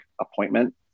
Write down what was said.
appointment